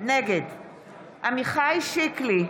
נגד עמיחי שיקלי,